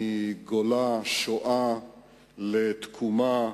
מגולה, משואה לתקומה,